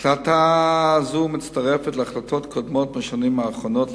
החלטה זו מצטרפת להחלטות קודמות מהשנים האחרונות על